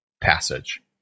passage